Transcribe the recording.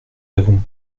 avons